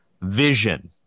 vision